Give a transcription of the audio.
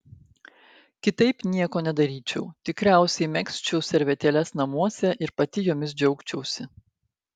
kitaip nieko nedaryčiau tikriausiai megzčiau servetėles namuose ir pati jomis džiaugčiausi